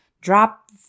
drop